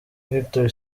victor